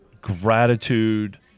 gratitude